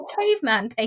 caveman